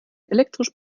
elektrisch